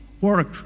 work